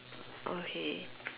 okay